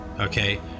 okay